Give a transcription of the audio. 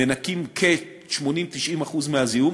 ומנקים 80% 90% מהזיהום,